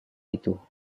itu